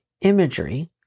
imagery